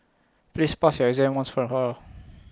please pass your exam once and for all